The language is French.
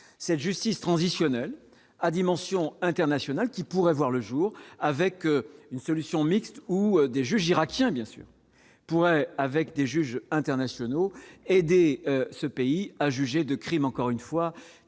cette justice transitionnelle à dimension internationale qui pourrait voir le jour avec une solution mixte ou des juges irakiens bien sûr pourrait avec des juges internationaux aider ce pays à juger de crimes, encore une fois